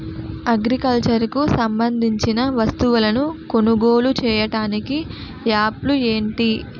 Agriculture కు సంబందించిన వస్తువులను కొనుగోలు చేయటానికి యాప్లు ఏంటి?